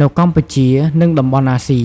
នៅកម្ពុជា និងតំបន់អាស៊ី